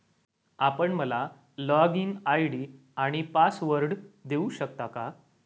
आपण मला login ID आणि पासवर्ड देऊ शकता का?